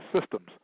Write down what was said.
systems